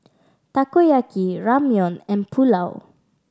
Takoyaki Ramyeon and Pulao